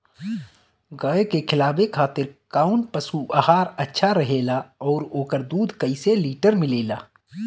गाय के खिलावे खातिर काउन पशु आहार अच्छा रहेला और ओकर दुध कइसे लीटर मिलेला?